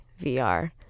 VR